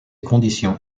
conditions